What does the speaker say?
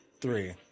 Three